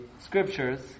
scriptures